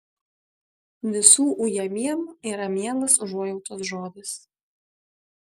visų ujamiem yra mielas užuojautos žodis